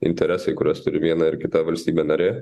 interesai kuriuos turi viena ir kita valstybė narė